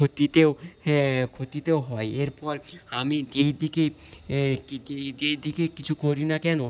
ক্ষতিতেও হ্যা ক্ষতিতেও হয় এরপর আমি যেইদিকে কি যেইদিকেই কিছু করি না কেনো